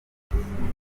ibiyobyabwenge